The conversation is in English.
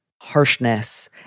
harshness